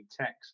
text